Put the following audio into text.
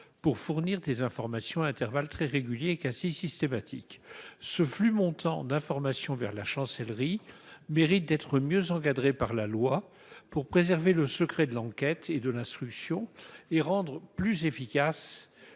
pour fournir des informations à intervalles très réguliers et de façon quasi systématique. Ce flux montant d'informations vers la Chancellerie mérite d'être mieux encadré par la loi afin de préserver le secret de l'enquête et de l'instruction et de rendre plus efficace